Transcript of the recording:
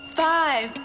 five